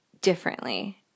differently